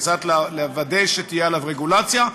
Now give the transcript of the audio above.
כיצד לוודא שתהיה עליו רגולציה,